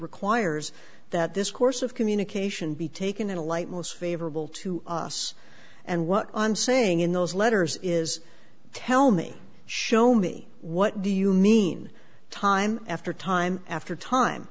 requires that this course of communication be taken in a light most favorable to us and what i'm saying in those letters is tell me show me what do you mean time after time after time